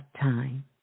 time